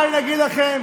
מה אני אגיד לכם,